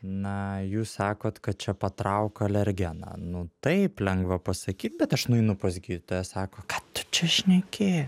na jūs sakot kad čia patrauk alergeną nu taip lengva pasakyt bet aš nueinu pas gydytoją sako kad tu čia šneki